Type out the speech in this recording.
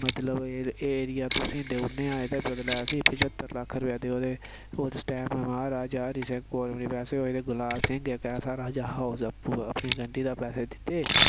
मतलब एह् एरिया तुसें ई देई ओड़ने आं एह्दे बदलै असें ई पच्हत्तर लक्ख रपेआ देओ ते उस टैम महाराजा हरि सिंह ऐसे होए गुलाब सिंह इक ऐसा राजा हा उस आपूं अपनी गंढी दा पैसे दित्ते